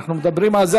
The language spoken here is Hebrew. אנחנו מדברים על זה,